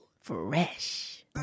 Fresh